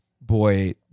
boy